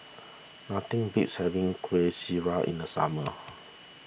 nothing beats having Kuih Syara in the summer